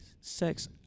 sex